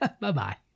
Bye-bye